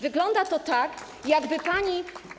Wygląda to tak, jakby pani.